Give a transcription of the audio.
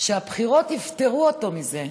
שהבחירות יפטרו אותו מזה,